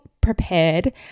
prepared